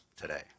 today